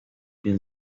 been